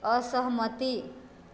असहमति